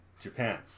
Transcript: Japan